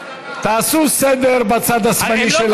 תעשו סדר בצד השמאלי של,